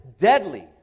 deadly